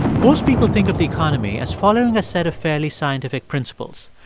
most people think of the economy as following a set of fairly scientific principles.